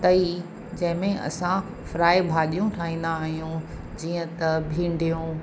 तई जंहिंमें असां फ्राए भाॼियूं ठाहींदा आहियूं जीअं त भिंडियूं